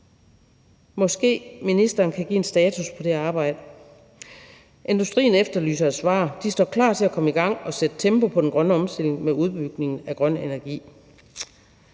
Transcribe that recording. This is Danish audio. Måske ministeren kan give en status på det arbejde. Industrien efterlyser et svar. De står klar til at komme i gang og sætte tempo på den grønne omstilling med udbygning af grøn energi.